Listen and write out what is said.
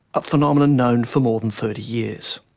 a phenomenon known for more than thirty years.